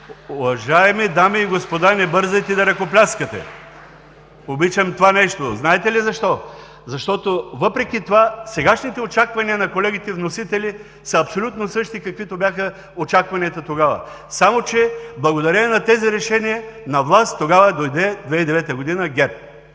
Уважаеми дами и господа, не бързайте да ръкопляскате! Обичам това нещо, но знаете ли защо? Защото, въпреки това, сегашните очаквания на колегите вносители са абсолютно същите, каквито бяха очакванията тогава. Само че благодарение на тези решения, на власт тогава дойде – през 2009 г., ГЕРБ.